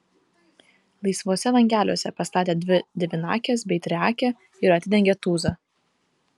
laisvuose langeliuose pastatė dvi devynakes bei triakę ir atidengė tūzą